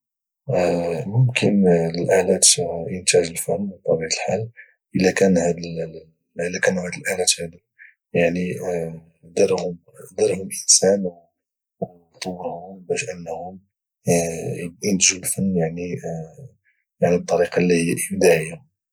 ممكن الالات ينتجوا الفن بطبيعه الحال الا كانوا هذه الالات هذو دارهم انسان طورهم على انهم ينتجو الفن يعني بطريقه اللي هي ابداعيه